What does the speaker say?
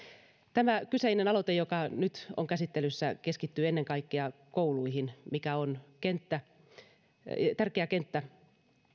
tämä kyseinen aloite joka nyt on käsittelyssä keskittyy ennen kaikkea kouluihin mikä on tärkeä kenttä